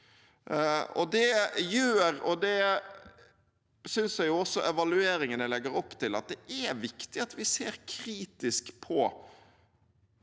Det gjør – og det synes jeg også evalueringene legger opp til – at det er viktig at vi ser kritisk på